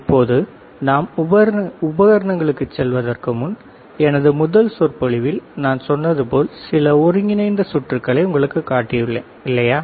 இப்போது நாம் உபகரணங்களுக்குச் செல்வதற்கு முன்பு எனது முதல் சொற்பொழிவில் நான் சொன்னது போல் சில ஒருங்கிணைந்த சுற்றுகளை உங்களுக்குக் காட்டியுள்ளேன் இல்லையா